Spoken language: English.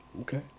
Okay